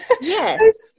Yes